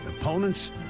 opponents